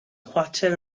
chwarter